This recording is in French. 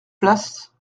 place